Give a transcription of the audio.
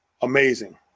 amazing